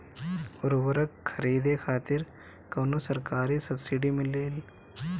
उर्वरक खरीदे खातिर कउनो सरकारी सब्सीडी मिलेल?